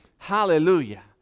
Hallelujah